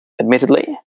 admittedly